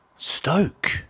Stoke